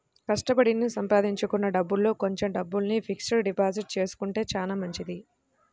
కష్టపడి సంపాదించుకున్న డబ్బుల్లో కొంచెం డబ్బుల్ని ఫిక్స్డ్ డిపాజిట్ చేసుకుంటే చానా మంచిది